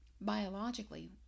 biologically